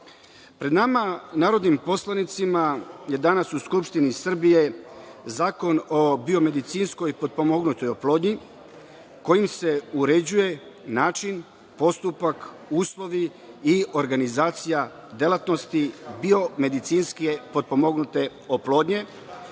pred nama narodnim poslanicima je danas u Skupštini Srbiji Zakon o biomedicinskoj potpomognutoj oplodnji, kojim se uređuje način, postupak, uslovi i organizacija delatnosti biomedicinske potpomognute oplodnje,